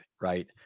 right